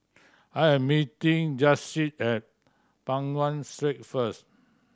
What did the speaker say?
I am meeting Jasiah at Peng Nguan Street first